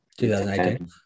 2018